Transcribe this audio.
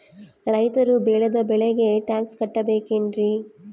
ರೈತರು ಬೆಳೆದ ಬೆಳೆಗೆ ಟ್ಯಾಕ್ಸ್ ಕಟ್ಟಬೇಕೆನ್ರಿ?